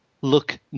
look